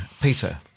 Peter